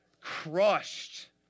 Crushed